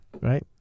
right